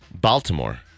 Baltimore